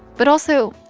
but also,